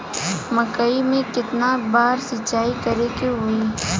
मकई में केतना बार सिंचाई करे के होई?